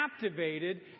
captivated